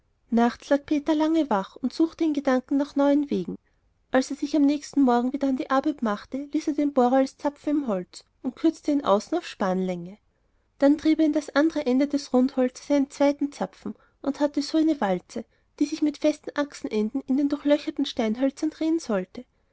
nachts lag peter lange wach und suchte in gedanken nach neuen wegen als er sich am nächsten morgen wieder an die arbeit machte ließ er den bohrer als zapfen im holz und kürzte ihn außen auf spannlänge dann trieb er in das andere ende des rundholzes einen zweiten zapfen und hatte so eine walze die sich mit festen achsenenden in den durchlochten steilhölzern drehen sollte